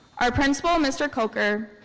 our principal, mr. kolker,